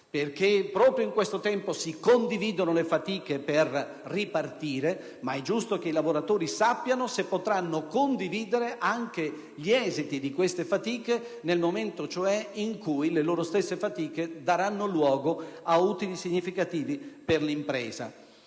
Proprio in questo tempo, infatti, si condividono le fatiche per ripartire, ma è giusto che i lavoratori sappiano se potranno condividere anche gli esiti di quelle fatiche nel momento in cui le loro stesse fatiche daranno luogo a utili significativi per l'impresa.